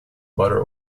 butter